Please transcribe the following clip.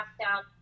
down